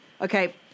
Okay